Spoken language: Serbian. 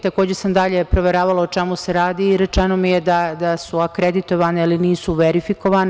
Takođe sam dalje proveravala o čemu se radi i rečeno mi je da su akreditovane, ali nisu verifikovane.